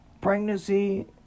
pregnancy